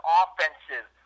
offensive